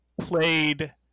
played